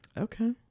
Okay